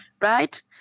Right